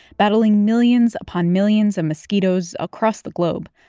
battling millions upon millions of mosquitoes across the globe.